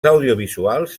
audiovisuals